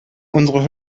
unsere